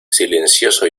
silencioso